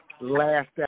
last